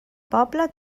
pobla